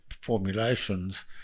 formulations